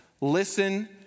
listen